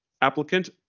Applicant